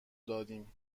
دادیم